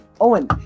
Owen